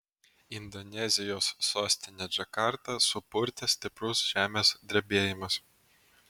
indonezijos sostinę džakartą supurtė stiprus žemės drebėjimas